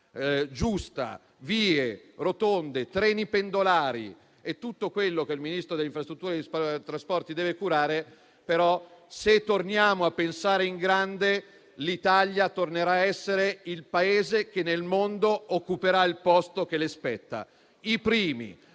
giusta - vie, rotonde, treni pendolari e tutto quello che il Ministro delle infrastrutture e dei trasporti deve curare - ma se torniamo a pensare in grande l'Italia tornerà a essere il Paese che nel mondo occuperà il posto che le spetta: il primo,